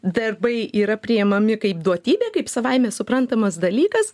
darbai yra priemami kaip duotybė kaip savaime suprantamas dalykas